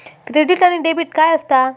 Credit आणि debit काय असता?